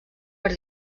per